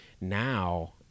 Now